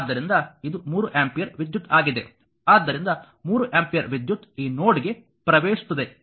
ಆದ್ದರಿಂದ ಇದು 3 ಆಂಪಿಯರ್ ವಿದ್ಯುತ್ ಆಗಿದೆ ಆದ್ದರಿಂದ 3 ಆಂಪಿಯರ್ ವಿದ್ಯುತ್ ಈ ನೋಡ್ಗೆ ಪ್ರವೇಶಿಸುತ್ತದೆ